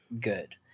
good